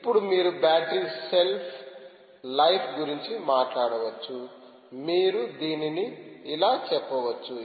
ఇప్పుడు మీరు battery shelf life గురించి మాట్లాడవచ్చు మీరు దీనిని ఇలా చెప్పవచ్చు